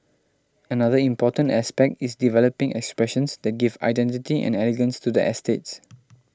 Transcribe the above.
another important aspect is developing expressions that give identity and elegance to the estates